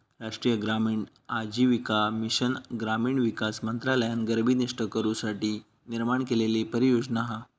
राष्ट्रीय ग्रामीण आजीविका मिशन ग्रामीण विकास मंत्रालयान गरीबी नष्ट करू साठी निर्माण केलेली परियोजना हा